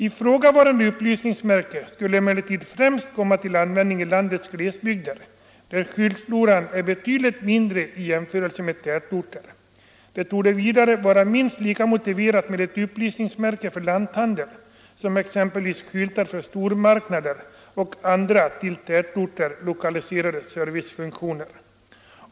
Ifrågavarande upplysningsmärke skulle emellertid främst komma till användning i landets glesbygder där skyltfloran är betydligt mindre i jämförelse med den i tätorter. Det torde vidare vara minst lika motiverat med ett upplysningsmärke för lanthandeln som exempelvis skyltar för stormarknader och andra till tätorter lokaliserade servicefunktioner.